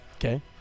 Okay